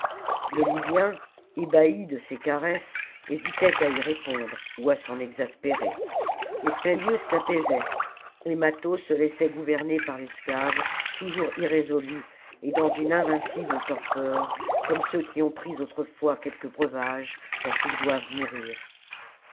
le libjen ébahi de ces caresses hésitait à y répondre ou à s'en exaspérer mais spendius l'apaisait et mâtho se laissait gouverner par l'esclave toujours irrésolu et dans une invincible torpeur comme ceux qui ont pris autrefois quelque breuvage dont ils doivent mourir